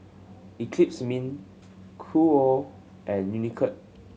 Eclipse Min Qoo and Unicurd